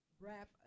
wrap